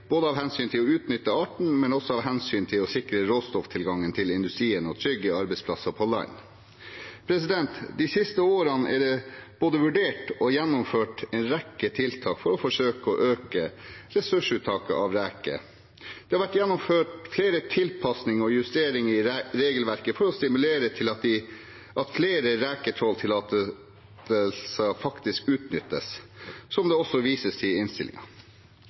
både med hensyn til å utnytte arten og også med hensyn til å sikre råstofftilgangen til industrien og trygge arbeidsplasser på land. De siste årene er det både vurdert og gjennomført en rekke tiltak for å forsøke å øke ressursuttaket av reker. Det har vært gjennomført flere tilpasninger og justeringer i regelverket for å stimulere til at flere reketråltillatelser faktisk utnyttes, som det også vises til i